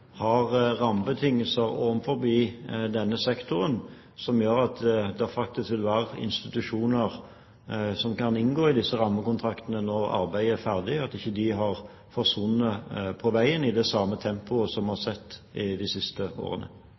har rammebetingelser når arbeidet er ferdig, som gjør at det vil være institusjoner som kan inngå i disse rammekontraktene – at de ikke har forsvunnet på veien i det samme tempoet man har sett de siste årene?